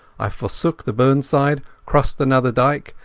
i forsook the burnside, crossed another dyke,